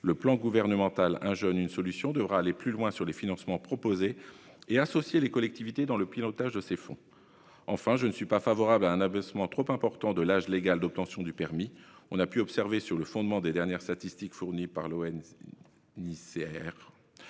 Le plan gouvernemental « 1 jeune, 1 solution » devra aller plus loin sur les financements proposés et associer les collectivités dans le pilotage de ces fonds. Enfin, je ne suis pas favorable à un abaissement trop important de l'âge légal d'obtention du permis. On a pu observer dans les dernières statistiques fournies par